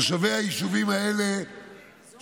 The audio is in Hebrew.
תושבי היישובים האלה,